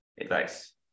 advice